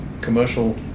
commercial